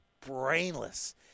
brainless